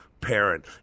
parent